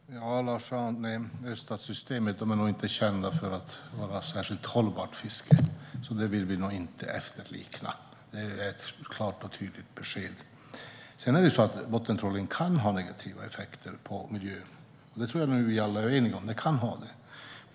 Herr talman! Öststatssystemet, Lars-Arne Staxäng, är inte känt för ett särskilt hållbart fiske, så det vill vi nog inte efterlikna. Bottentrålning kan ha negativa effekter på miljön. Det tror jag nog att vi alla är eniga om.